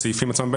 ויש לזה השלכות.